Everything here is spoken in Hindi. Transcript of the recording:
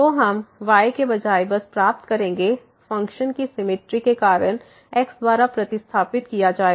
तो हम y के बजाय बस प्राप्त करेंगे फ़ंक्शन की सिमेट्री के कारण x द्वारा प्रतिस्थापित किया जाएगा